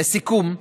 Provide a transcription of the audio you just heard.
לסיכום,